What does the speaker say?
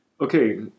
Okay